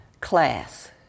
class